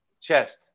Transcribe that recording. chest